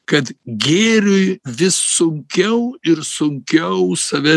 kad gėriui vis sunkiau ir sunkiau save